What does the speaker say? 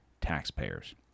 taxpayers